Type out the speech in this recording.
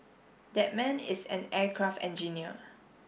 that man is an aircraft engineer